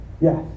Yes